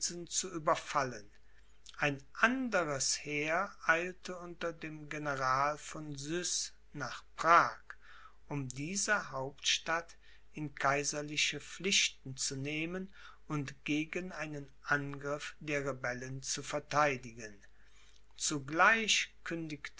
zu überfallen ein anderes heer eilte unter dem general von suys nach prag um diese hauptstadt in kaiserliche pflichten zu nehmen und gegen einen angriff der rebellen zu vertheidigen zugleich